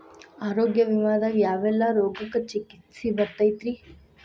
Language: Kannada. ಆರೋಗ್ಯ ವಿಮೆದಾಗ ಯಾವೆಲ್ಲ ರೋಗಕ್ಕ ಚಿಕಿತ್ಸಿ ಬರ್ತೈತ್ರಿ?